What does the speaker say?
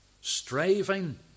striving